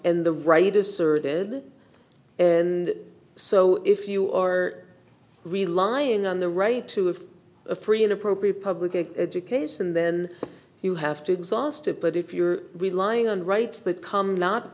asserted and so if you are relying on the right to have a free and appropriate public education then you have to exhaust it but if you're relying on rights that come not